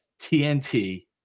TNT